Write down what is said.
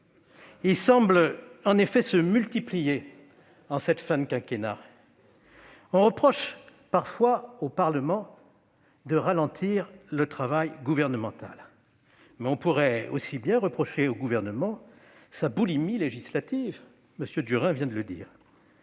qui paraissent se multiplier en cette fin de quinquennat ... On reproche parfois au Parlement de ralentir le travail gouvernemental, mais on pourrait tout aussi bien reprocher au Gouvernement sa boulimie législative, M. Durain vient de le dire.